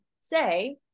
say